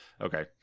okay